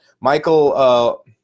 Michael